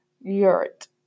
Yurt